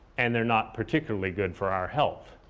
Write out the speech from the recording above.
and they're not particularly good for our health.